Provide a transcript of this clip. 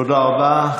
תודה רבה.